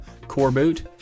Coreboot